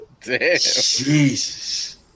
Jesus